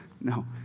No